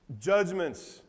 judgments